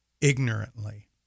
ignorantly